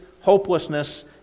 hopelessness